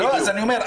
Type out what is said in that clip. אז אני אומר,